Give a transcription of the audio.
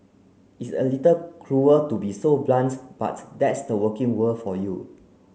it's a little cruel to be so blunt but that's the working world for you